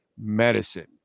medicine